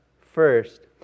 first